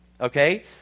okay